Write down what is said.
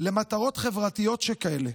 למטרות חברתיות שכאלה: